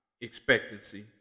expectancy